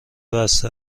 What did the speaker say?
بسته